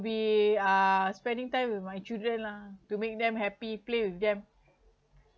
we are spending time with my children lah to make them happy play with them